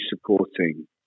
supporting